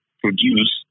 produce